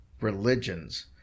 religions